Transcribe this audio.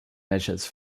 measures